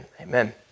Amen